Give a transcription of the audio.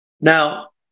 Now